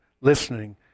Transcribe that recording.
listening